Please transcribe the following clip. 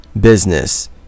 business